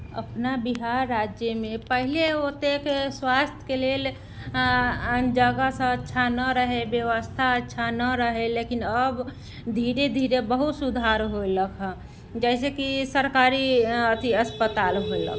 अपना बिहार राज्यमे पहिले ओतेक स्वास्थ्यके लेल आन जगहसँ अच्छा नहि रहे व्यवस्था अच्छा नहि रहे लेकिन अब धीरे धीरे बहुत सुधार होलक हँ जैसेकि सरकारी अथी अस्पताल होलक